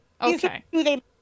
Okay